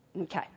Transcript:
Okay